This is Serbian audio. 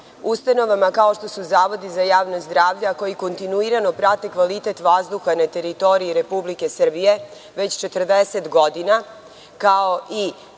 ustanovama kao što su zavodi za javna zdravlja koji kontinuirano prate kvalitet vazduha na teritoriji Republike Srbije već 40 godina, kao i